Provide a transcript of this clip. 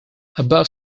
above